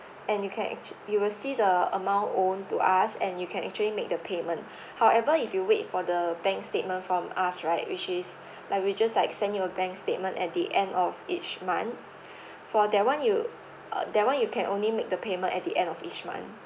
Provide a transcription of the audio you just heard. and you can actually you will see the amount owned to us and you can actually make the payment however if you wait for the bank statement from us right which is like we just like send your a bank statement at the end of each month for that one you uh that one you can only make the payment at the end of each month